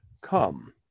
Come